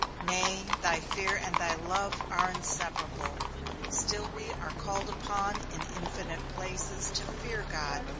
nay, thy fear, and thy love are inseparable still we are called upon, in infinite places, to fear god,